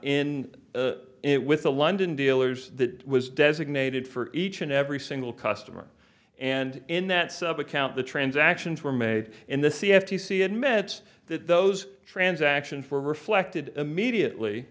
it with the london dealers that was designated for each and every single customer and in that sub account the transactions were made in the c f t c it met those transaction for reflected immediately